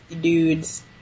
dudes